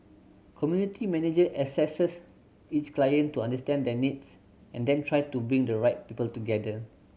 community manager assess each client to understand their needs and then try to bring the right people together